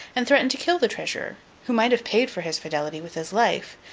and threatened to kill the treasurer who might have paid for his fidelity with his life,